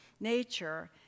nature